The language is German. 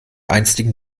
einstigen